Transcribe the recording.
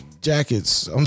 jackets